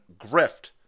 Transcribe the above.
grift